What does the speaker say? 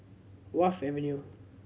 Wharf Avenue